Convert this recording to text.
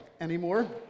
anymore